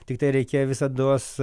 tiktai reikia visados